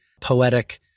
poetic